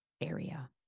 area